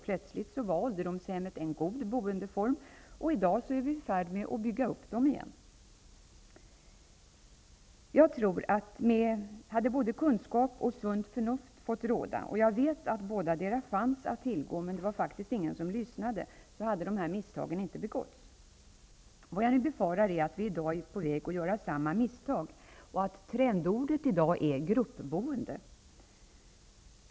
Plötsligt var ålderdomshemmen en god boendeform, och i dag är vi i färd med att bygga upp dem igen. Hade kunskap och sunt förnuft fått råda -- och jag vet att bådadera fanns att tillgå, men det var ingen som lyssnade -- hade dessa misstag inte begåtts. Vad jag nu befarar är att vi i dag är på väg att göra samma misstag, och att trendordet i dag är gruppboende.